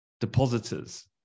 depositors